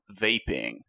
vaping